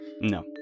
No